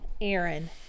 aaron